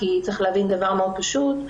כי צריך להבין דבר מאוד פשוט: